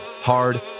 hard